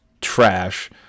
trash